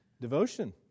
devotion